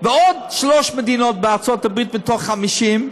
ועוד שלוש מדינות בארצות-הברית מתוך 50,